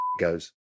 goes